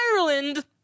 Ireland